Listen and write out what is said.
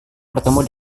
bertemu